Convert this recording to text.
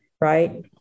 Right